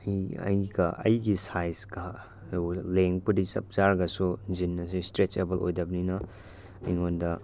ꯑꯩꯒꯤ ꯁꯥꯏꯖꯀ ꯂꯦꯡꯕꯨꯗꯤ ꯆꯞ ꯆꯥꯔꯒꯁꯨ ꯖꯤꯟ ꯑꯁꯤ ꯁ꯭ꯇꯔꯦꯆꯦꯕꯜ ꯑꯣꯏꯗꯕꯅꯤꯅ ꯑꯩꯉꯣꯟꯗ